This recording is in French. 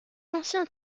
ancien